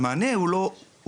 הבעיה היא שהמענה הוא לא חוקי.